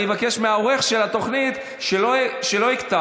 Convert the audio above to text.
אני אבקש מהעורך של התוכנית שלא יקטע,